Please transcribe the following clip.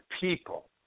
people